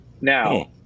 now